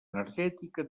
energètica